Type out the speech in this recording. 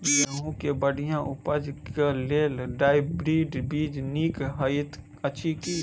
गेंहूँ केँ बढ़िया उपज केँ लेल हाइब्रिड बीज नीक हएत अछि की?